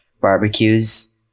barbecues